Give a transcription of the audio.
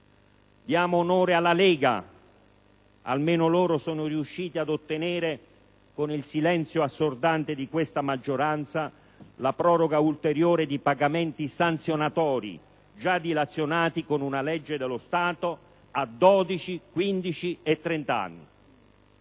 Diamo onore alla Lega! Almeno loro sono riusciti ad ottenere, con il silenzio assordante di questa maggioranza, la proroga ulteriore di pagamenti per sanzioni, già dilazionati con una legge dello Stato a 12, 15, e 30 anni.